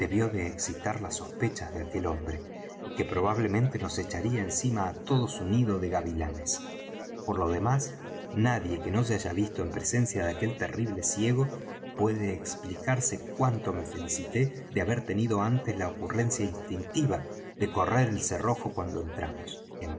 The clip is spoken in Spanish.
de excitar las sospechas de aquel hombre y que probablemente nos echaría encima á todo su nido de gavilanes por lo demás nadie que no se haya visto en presencia de aquel terrible ciego puede explicarse cuánto me felicité de haber tenido antes la ocurrencia instintiva de correr el cerrojo cuando entramos